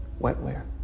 Wetware